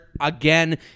Again